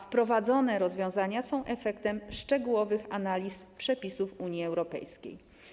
Wprowadzone rozwiązania są efektem szczegółowych analiz przepisów Unii Europejskiej.